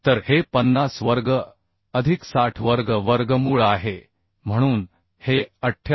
तर हे 50 वर्ग अधिक 60 वर्ग वर्गमूळ आहे म्हणून हे 78